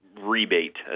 rebate